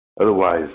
otherwise